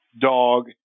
dog